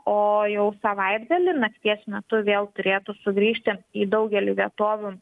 o jau savaitgalį nakties metu vėl turėtų sugrįžti į daugelį vietovių